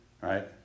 right